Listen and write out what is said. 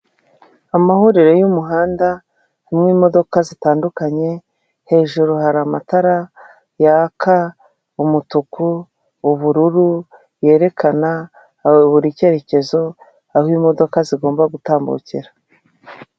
Amahuriro y'umuhanda harimo imodoka zitandukanye hejuru hari amatara yaka umutuku, ubururu yerekana buri cyerekezo aho imodoka zigomba gutambukira.